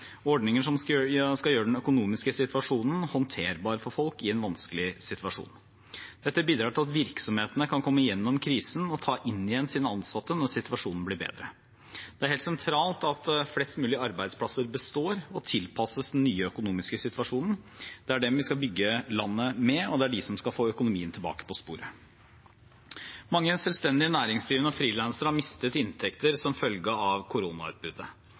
ordninger som skal gjøre den økonomiske situasjonen håndterbar for folk i en vanskelig situasjon. Dette bidrar til at virksomhetene kan komme gjennom krisen og ta inn igjen sine ansatte når situasjonen blir bedre. Det er helt sentralt at flest mulig arbeidsplasser består og tilpasses den nye økonomiske situasjonen. Det er dem vi skal bygge landet med, og det er de som skal få økonomien tilbake på sporet. Mange selvstendig næringsdrivende og frilansere har mistet inntekter som følge av koronautbruddet.